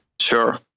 Sure